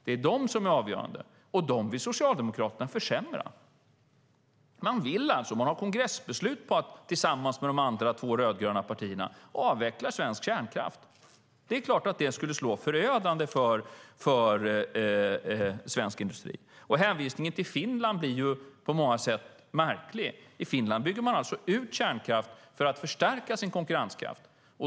Det är de som är avgörande, och dem vill Socialdemokraterna försämra. Man vill - och man har kongressbeslut om det - tillsammans med de andra två rödgröna partierna avveckla svensk kärnkraft. Det är klart att det skulle vara förödande för svensk industri. Och hänvisningen till Finland blir på många sätt märklig. I Finland bygger man ut kärnkraft för att förstärka sin konkurrenskraft.